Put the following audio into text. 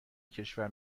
کشور